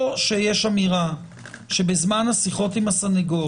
או יש אמירה שבזמן השיחות עם הסנגור